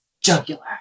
jugular